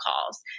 calls